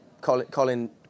Colin